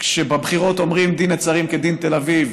כשבבחירות אומרים "דין נצרים כדין תל אביב"